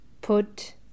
put